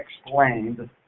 explained